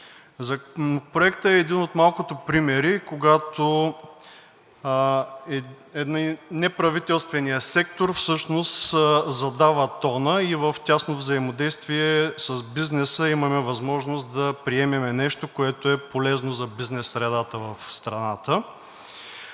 Законопроектът е един от малкото примери, когато неправителственият сектор всъщност задава тона и е в тясно взаимодействие с бизнеса. Имаме възможност да приемем нещо, което е полезно за бизнес средата в страната.